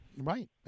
right